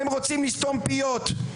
הם רוצים לסתום פיות,